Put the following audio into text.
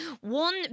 One